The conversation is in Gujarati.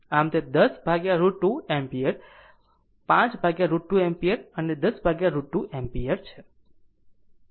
આમ તે 10 √ 2 એમ્પીયર 5 √ 2 એમ્પીયર અને 10 √ 2 એમ્પીયર છે